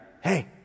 hey